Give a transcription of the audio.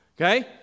Okay